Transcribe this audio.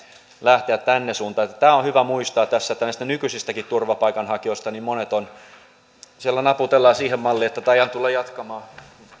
lähteä tänne suuntaan tämä on hyvä muistaa tässä että näistä nykyisistäkin turvapaikanhakijoista monet ovat siellä naputellaan siihen malliin että taidan tulla sinne jatkamaan onkin